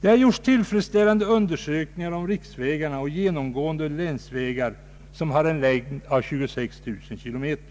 Det har gjorts tillfredsställande undersökningar om riksvägarna och de genomgående länsvägarna, som har en längd av cirka 26 000 kilometer.